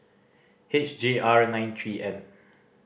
H J R nine three N